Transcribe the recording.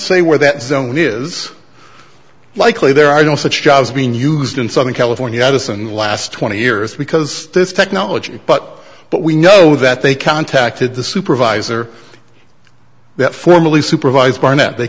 say where that zone is likely there are don't such jobs being used in southern california edison in the last twenty years because this technology but but we know that they contacted the supervisor that formally supervised barnett they